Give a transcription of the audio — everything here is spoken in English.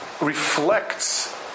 reflects